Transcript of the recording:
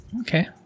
Okay